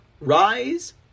rise